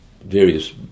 various